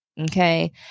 okay